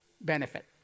benefit